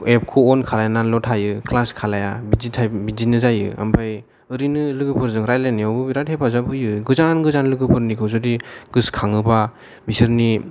F खौ अन खालामनानैल' थायो क्लास खालाया बिदि थायो बिदिनो जायो आमफाय ओरैनो लोगोफोरजों रायलायनायाव बो बिराद हेफाजाब होयो गोजान गोजान लोगोफोरनिखौ जुदि गोसो खाङोबा बिसोरनि